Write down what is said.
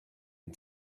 and